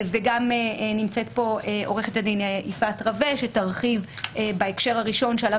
נמצאת כאן עורכת הדין יפעת רווה שתרחיב בהקשר הראשון עליו